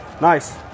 Nice